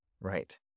Right